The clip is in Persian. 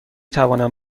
توانم